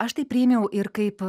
aš tai priėmiau ir kaip